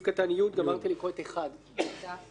(2)